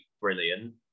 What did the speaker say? brilliant